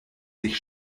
sich